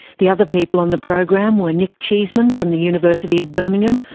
the other people on the program were nic cheeseman from the university of birmingham,